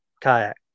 kayak